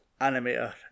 Animator